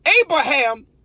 Abraham